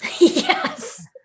Yes